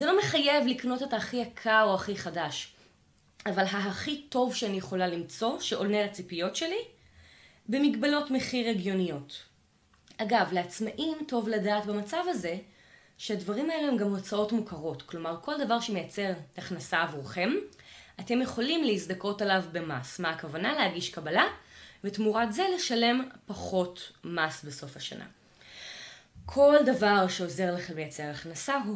זה לא מחייב לקנות את ההכי יקר או הכי חדש, אבל ההכי טוב שאני יכולה למצוא, שעולה על הציפיות שלי, במגבלות מחיר רגיוניות. אגב, לעצמאים טוב לדעת, במצב הזה, שהדברים האלה הם גם הוצאות מוכרות כלומר, כל דבר שמייצר הכנסה עבורכם אתם יכולים להזדכות עליו במס, מה הכוונה? להגיש קבלה ותמורת זה לשלם פחות מס בסוף השנה. כל דבר שעוזר לכם לייצר הכנסה